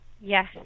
Yes